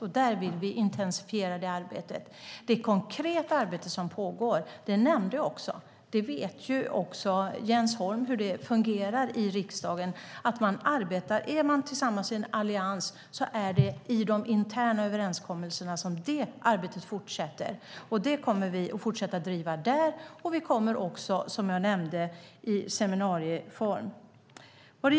Detta arbete vill vi intensifiera. Det konkreta arbete som pågår nämnde jag också. Jens Holm vet också hur det fungerar i riksdagen. Är man tillsammans i en allians är det i de interna överenskommelserna som detta arbete fortsätter. Detta arbete kommer vi att fortsätta driva där, och vi kommer också, som jag nämnde, arbeta i seminarieform.